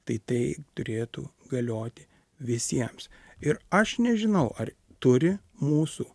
tai tai turėtų galioti visiems ir aš nežinau ar turi mūsų